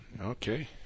Okay